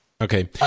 Okay